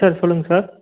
sir சொல்லுங்க sir